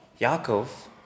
Yaakov